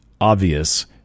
obvious